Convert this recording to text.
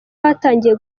hatangiye